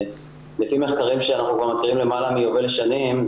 ולפי מחקרים שאנחנו מכירים כבר למעלה מיובל שנים,